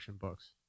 books